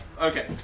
Okay